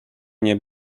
nie